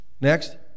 Next